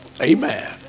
Amen